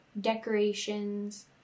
decorations